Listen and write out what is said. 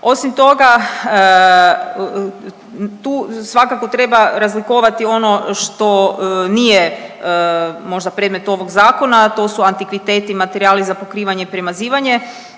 Osim toga, tu svakako treba razlikovati ono što nije možda predmet ovog zakona, a to su antikviteti, materijali za pokrivanje i premazivanje,